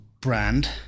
brand